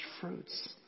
fruits